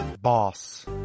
boss